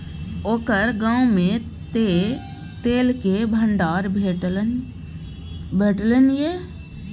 ओकर गाममे तँ तेलक भंडार भेटलनि ये